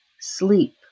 sleep